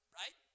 right